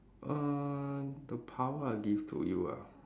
err the power I'll give to you ah